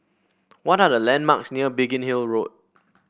what are the landmarks near Biggin Hill Road